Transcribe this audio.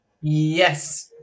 Yes